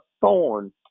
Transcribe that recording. thorn